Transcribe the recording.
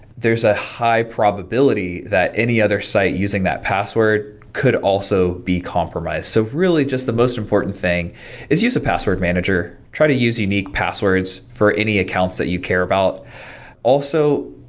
there's a high probability that any other site using using that password could also be compromised. so really just the most important thing is use a password manager, try to use unique passwords for any accounts that you care about also,